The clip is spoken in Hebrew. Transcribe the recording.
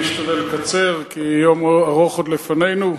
אני אשתדל לקצר, כי יום ארוך עוד לפנינו.